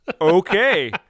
okay